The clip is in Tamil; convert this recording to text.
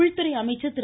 உள்துறை அமைச்சர் திரு